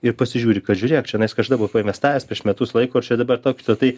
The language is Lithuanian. ir pasižiūri kad žiūrėk čionais kažkada buvau painvestavęs prieš metus laiko ir čia dabar tok tatai